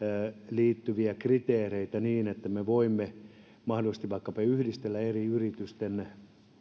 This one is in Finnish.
liittyviä kriteereitä niin että me voimme mahdollisesti vaikkapa yhdistellä eri yritysten